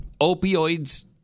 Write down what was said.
opioids